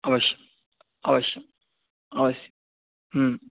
अवश्यम् अवश्यम् अवश्यं